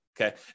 okay